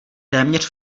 téměř